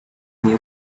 new